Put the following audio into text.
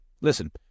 Listen